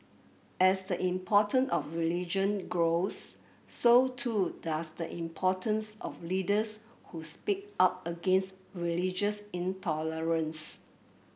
as the important of religion grows so too does the importance of leaders who speak out against religious intolerance